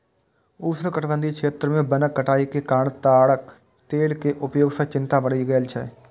उष्णकटिबंधीय क्षेत्र मे वनक कटाइ के कारण ताड़क तेल के उपयोग सं चिंता बढ़ि गेल छै